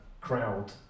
crowd